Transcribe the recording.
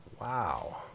Wow